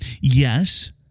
Yes